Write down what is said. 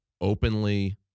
openly